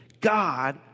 God